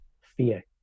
fear